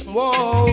Whoa